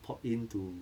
pop in to